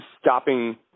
stopping